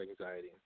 anxiety